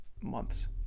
months